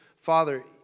Father